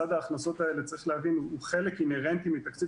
צד ההכנסות האלה צריך להבין הוא חלק אינהרנטי מהתקציב